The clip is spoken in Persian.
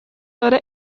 داره